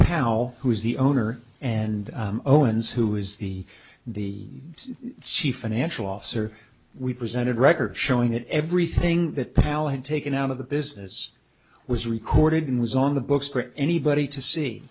pal who is the owner and owens who is the the chief financial officer we presented records showing that everything that palin had taken out of the business was recorded and was on the books for anybody to see